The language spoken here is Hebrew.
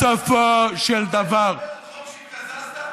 הדת היהודית, בסופו של דבר, איך התקזזת?